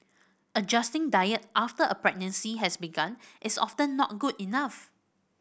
adjusting diet after a pregnancy has begun is often not good enough